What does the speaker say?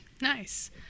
nice